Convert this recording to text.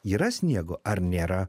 yra sniego ar nėra